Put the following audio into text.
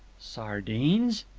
sardines!